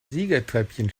siegertreppchen